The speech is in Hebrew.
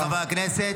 לכן חברי הכנסת,